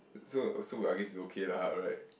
so so I guess it's okay lah right